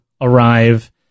arrive